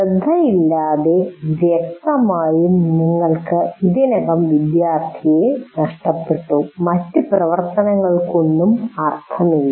ശ്രദ്ധയില്ലാതെ വ്യക്തമായും നിങ്ങൾക്ക് ഇതിനകം വിദ്യാർത്ഥിയെ നഷ്ടപ്പെട്ടു മറ്റ് പ്രവർത്തനങ്ങൾക്കൊന്നും അർത്ഥമില്ല